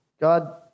God